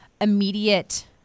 immediate